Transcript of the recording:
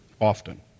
often